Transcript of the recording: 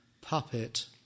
puppet